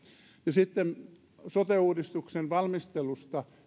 sitten sote uudistuksen valmistelusta